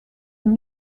een